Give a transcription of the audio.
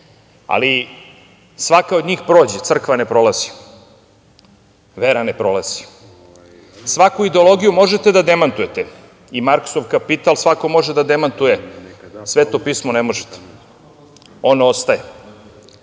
ali svaka od njih prođe, a crkva ne prolazi, vera ne prolazi. Svaku ideologiju možete da demantujete. I Marksov „Kapital“ svako može da demantuje, Sveto pismo ne možete, ono ostaje.